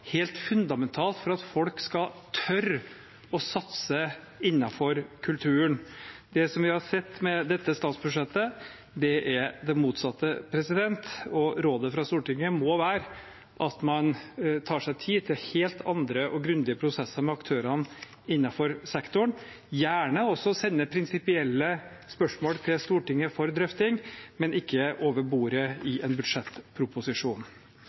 helt fundamentalt for at folk skal tørre å satse innenfor kulturen. Det som vi har sett med dette statsbudsjettet, er det motsatte. Rådet fra Stortinget må være at man tar seg tid til helt andre og grundige prosesser med aktørene innenfor sektoren, gjerne også sender prinsipielle spørsmål til Stortinget for drøfting, men ikke over bordet i en budsjettproposisjon.